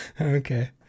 Okay